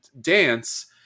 dance